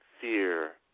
fear